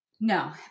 No